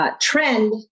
trend